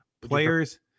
Players-